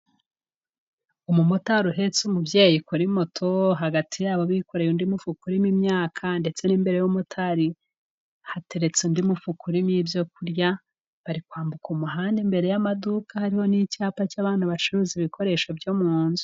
Umumotari uhetse umubyeyi kuri moto, hagati yabo bikoreye undi mufuka urimo imyaka ndetse n'imbere y'umumotari hateretse undi mufuka urimo ibyo kurya, bari kwambuka umuhanda imbere y'amaduka hari n'icyapa cy'abantu bacuruza ibikoresho byo mu nzu.